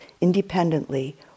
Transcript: independently